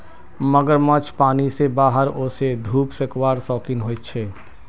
मगरमच्छ पानी से बाहर वोसे धुप सेकवार शौक़ीन होचे